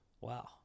Wow